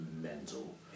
mental